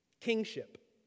Kingship